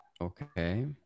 okay